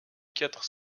quatre